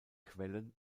quellen